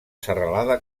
serralada